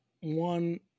one